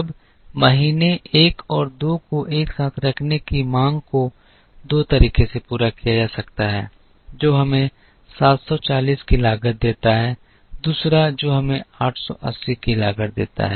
अब महीने एक और दो को एक साथ रखने की मांग को दो तरीकों से पूरा किया जा सकता है जो हमें 740 की लागत देता है दूसरा जो हमें 880 की लागत देता है